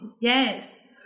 Yes